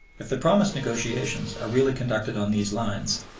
if the promised negotiations are really conducted on these lines,